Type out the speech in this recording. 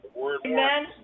Amen